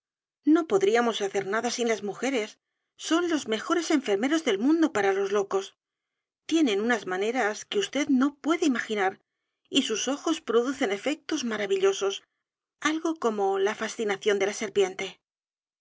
no podríamos hacer nada sin las mujeres son los mejores enfermeros del mundo para los locos tienen unas maneras que vd no puede imaginar y sus ojos producen efec tos maravillosos algo como la fascinación de la serpiente